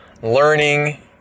Learning